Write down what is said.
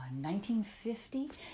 1950